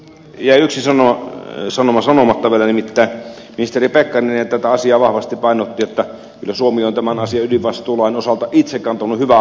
jäi yksi sanoma sanomatta vielä nimittäin ministeri pekkarinen tätä asiaa vahvasti painotti että kyllä suomi on tämän ydinvastuulain osalta itse kantanut hyvää vastuuta